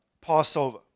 Passover